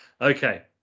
Okay